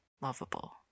lovable